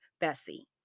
Bessie